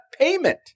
payment